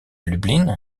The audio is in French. lublin